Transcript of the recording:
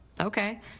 Okay